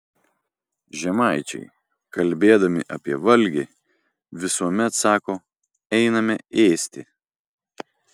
žemaičiai kalbėdami apie valgį visuomet sako einame ėsti